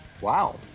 Wow